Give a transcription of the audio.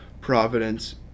providence